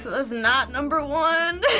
that's not number one?